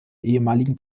ehemaligen